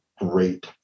great